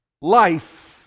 Life